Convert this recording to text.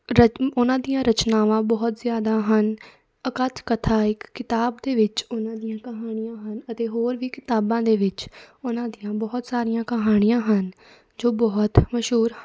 ਰਚ ਉਹਨਾਂ ਦੀਆਂ ਰਚਨਾਵਾਂ ਬਹੁਤ ਜ਼ਿਆਦਾ ਹਨ ਅਕੱਥ ਕਥਾ ਇੱਕ ਕਿਤਾਬ ਦੇ ਵਿੱਚ ਉਹਨਾਂ ਦੀਆਂ ਕਹਾਣੀਆਂ ਹਨ ਅਤੇ ਹੋਰ ਵੀ ਕਿਤਾਬਾਂ ਦੇ ਵਿੱਚ ਉਹਨਾਂ ਦੀਆਂ ਬਹੁਤ ਸਾਰੀਆਂ ਕਹਾਣੀਆਂ ਹਨ ਜੋ ਬਹੁਤ ਮਸ਼ਹੂਰ ਹਨ